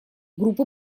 группы